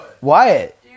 Wyatt